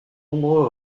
nombreux